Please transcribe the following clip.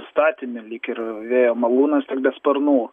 statinį lyg ir vėjo malūnas tik be sparnų